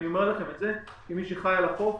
אני אומר לכם את זה כמי שחי על החוף.